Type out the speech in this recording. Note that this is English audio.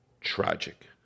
tragic